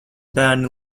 bērni